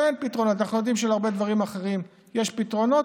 אנחנו יודעים שלהרבה דברים אחרים יש פתרונות.